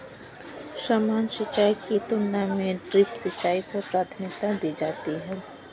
सामान्य सिंचाई की तुलना में ड्रिप सिंचाई को प्राथमिकता दी जाती है